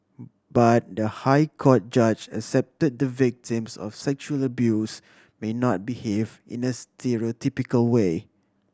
but the High Court judge accepted the victims of sexual abuse may not behave in a stereotypical way